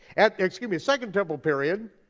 and excuse me, second temple period,